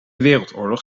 wereldoorlog